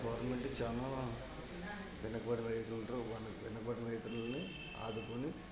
government చాలా వెనకబడి రైతులతో వాళ్ళ వెనకబడి రైతులని ఆదుకొని